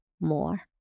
more